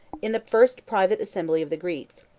in the first private assembly of the greeks,